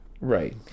Right